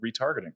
retargeting